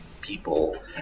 people